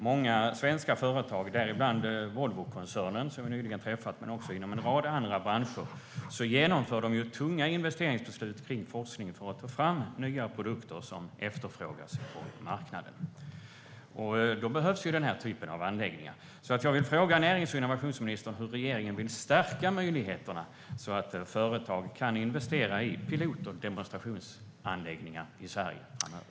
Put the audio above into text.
Många svenska företag, däribland Volvokoncernen som vi nyligen har träffat, men också en rad andra branscher genomför tunga investeringsbeslut om forskning för att få fram nya produkter som efterfrågas på marknaden. Då behövs den här typen av anläggningar. Jag vill fråga närings och innovationsministern hur regeringen vill stärka möjligheterna så att företag kan investera i pilot och demonstrationsanläggningar i Sverige framöver.